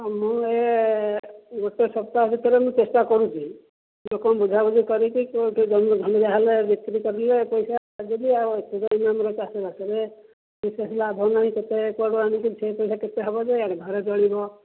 ମୁଁ ଏ ଗୋଟିଏ ସପ୍ତାହ ଭିତରେ ମୁଁ ଚେଷ୍ଟା କରୁଛି ଲୋକଙ୍କୁ ବୁଝା ବୁଝି କରିକି କୋଉଠି ଜମି ଜୁମା ହେଲେ ବିକ୍ରି କରିଲେ ପଇସା ଦେବି ଆଉ ଆମର ଚାଷ ବାସ ରେ ବିଶେଷ ଲାଭ ନାହିଁ କେତେ କୁଆଡ଼ୁ ଆଣିକି ସେ ପଇସା କେତେ ହବ ଯେ ଘର ଚଳିବ